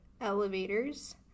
elevators